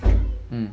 mm